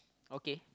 okay